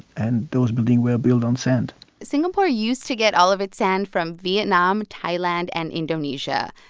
and those buildings were built on sand singapore used to get all of its sand from vietnam, thailand and indonesia,